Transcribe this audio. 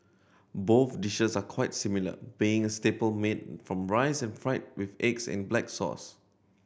both dishes are quite similar being a staple made from rice and fried with eggs and black sauce